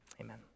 Amen